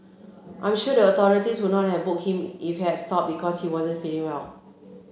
I'm sure the authorities would not have booked him if he had stopped because he wasn't feeling well